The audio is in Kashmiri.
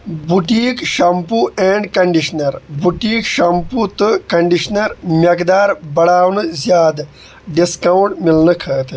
boutique shampoo and conditioner boutique shampoo تہٕ کٔنڈِشنر مٮ۪قدار بڑاونہٕ زیادٕ ڈِسکاونٛٹ مِلنہٕ خٲطرٕ